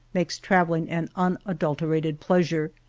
makes travelling an unadulterated pleasure,